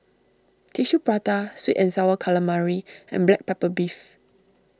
Tissue Prata Sweet and Sour Calamari and Black Pepper Beef